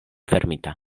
fermita